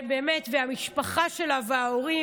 המשפחה שלה וההורים,